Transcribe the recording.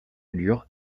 allures